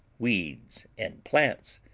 weeds and plants,